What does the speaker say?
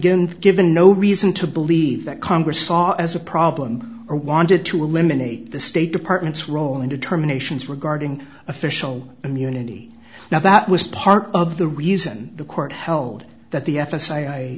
given given no reason to believe that congress saw as a problem or wanted to eliminate the state department's role in determinations regarding official immunity now that was part of the reason the court held that the f s i